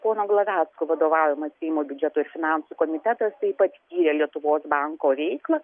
pono glavecko vadovaujamas seimo biudžeto ir finansų komitetas taip pat tyrė lietuvos banko veiklą